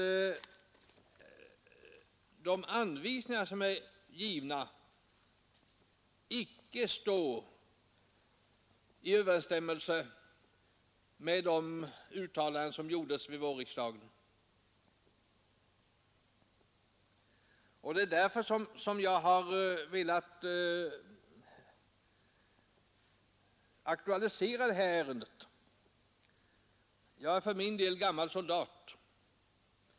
De anvisningar som är givna står icke i överensstämmelse med de uttalanden som gjordes vid vårriksdagen. Det är därför som jag har velat aktualisera det här ärendet. Jag är för min del gammal soldat.